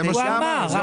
הוא אשר אמרתי.